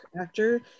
actor